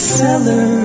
cellar